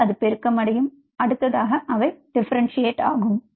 ஒன்று அது பெருக்கம் அடையும் அடுத்ததாக அவை டிஃபரண்ட்செட் ஆகும்